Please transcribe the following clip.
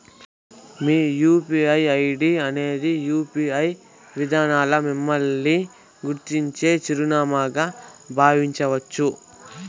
మీ UPI ID అనేది UPI విదానంల మిమ్మల్ని గుర్తించే చిరునామాగా బావించచ్చు